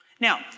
Now